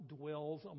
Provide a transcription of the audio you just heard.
dwells